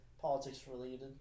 politics-related